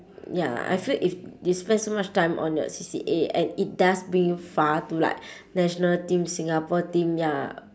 ya I feel if they spend so much time on your C_C_A and it does bring you far to like national team singapore team ya